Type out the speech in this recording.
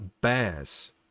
Bears